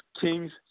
Kings